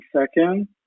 second